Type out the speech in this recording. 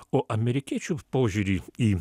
o amerikiečių požiūrį į